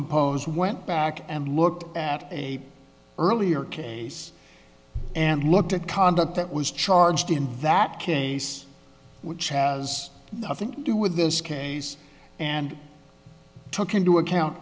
impose went back and looked at a earlier case and look to conduct that was charged in that case which has nothing to do with this case and took into account